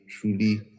truly